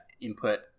input